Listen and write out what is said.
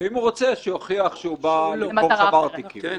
ואם הוא רוצה, שיוכיח שהוא בא למכור שם ארטיקים.